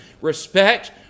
respect